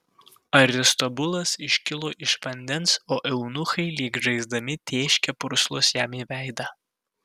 aristobulas iškilo iš vandens o eunuchai lyg žaisdami tėškė purslus jam į veidą